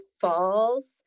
falls